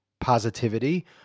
positivity